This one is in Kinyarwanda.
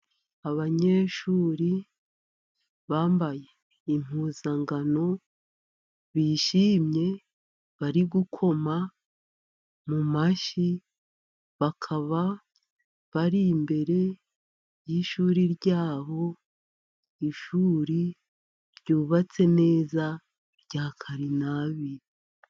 Abanyeshuri bambaye impuzankano , bishimye, bari gukoma mu mashyi, bakaba bari imbere y'ishuri ryabo. Ishuri ryubatse neza rya karinabiri.